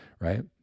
Right